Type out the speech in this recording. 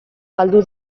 galdu